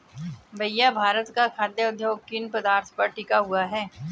भैया भारत का खाघ उद्योग किन पदार्थ पर टिका हुआ है?